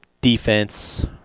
defense